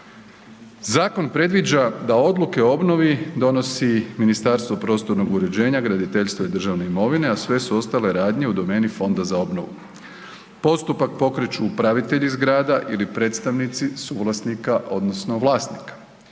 Zakon predviđa da odluke o obnovi donosi Ministarstvo prostornog uređenja, graditeljstva i državne imovine, a sve su ostale radnje u domeni Fonda za obnovu. Postupak pokreću upravitelji zgrada ili predstavnici suvlasnika odnosno vlasnika.